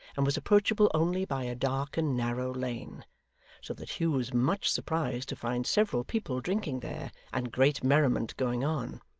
and was approachable only by a dark and narrow lane so that hugh was much surprised to find several people drinking there, and great merriment going on.